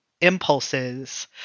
impulses